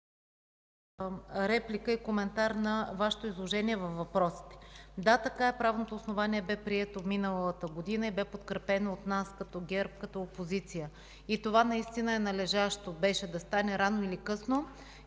реплика и коментар на Вашето изложение във въпросите. Да, така е, правното основание бе прието миналата година и бе подкрепено от нас като ГЕРБ, като опозиция. Това наистина беше належащо, трябваше да стане рано или късно.